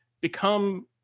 become